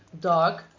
dog